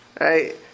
Right